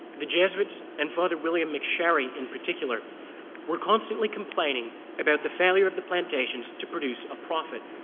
the jesuits and father william mcsherry in particular were constantly complaining about the failure of the plantations to produce a profit.